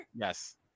Yes